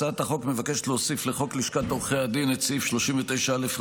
הצעת החוק מבקשת להוסיף לחוק לשכת הדין את סעיף 39א,